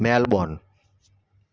Melbourne